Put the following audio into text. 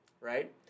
right